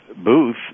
Booth